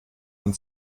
man